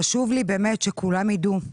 חשוב לי באמת שכולם ידעו,